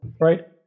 right